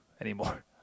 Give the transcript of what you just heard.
anymore